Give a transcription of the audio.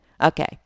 Okay